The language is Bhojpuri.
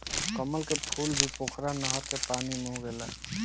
कमल के फूल भी पोखरा नहर के पानी में उगेला